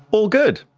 all good.